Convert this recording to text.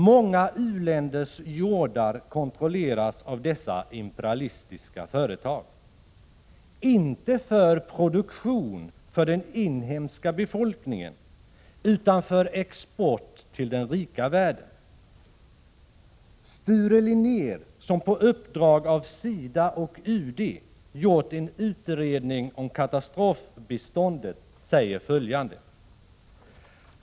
Många u-länders jordar kontrolleras av dessa imperialistiska företag, inte för produktion för den inhemska befolkningen utan för export till den rika världen. Sture Linnér har på uppdrag av SIDA och UD gjort en utredning om katastrofbiståndet.